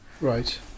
Right